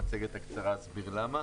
ובמצגת הקצרה אסביר גם למה.